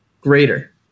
greater